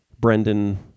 brendan